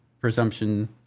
presumption